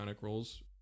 roles